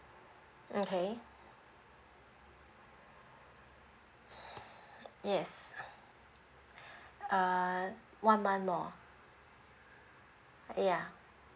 okay yes uh one month more yeah